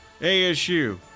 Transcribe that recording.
ASU